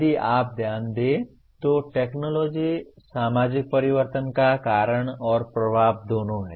यदि आप ध्यान दें तो टेक्नॉलजी सामाजिक परिवर्तन का कारण और प्रभाव दोनों है